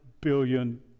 billion